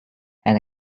and